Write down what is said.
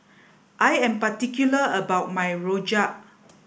I am particular about my Rojak